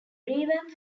revamp